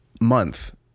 month